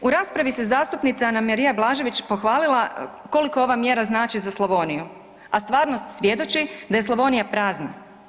U raspravi se zastupnica Anamarija Blažević pohvalila koliko ovaj mjera znači za Slavoniju, a stvarnost svjedoči da je Slavonija prazna.